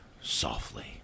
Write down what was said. softly